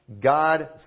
God